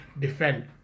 defend